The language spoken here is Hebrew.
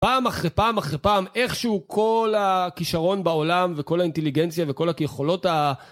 פעם אחרי פעם אחרי פעם איכשהו כל הכישרון בעולם וכל האינטליגנציה וכל היכולות ה...